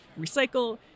recycle